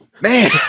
man